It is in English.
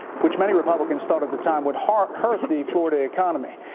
which many republicans thought at the time would hurt hurt the florida economy.